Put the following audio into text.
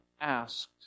asked